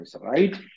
right